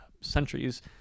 centuries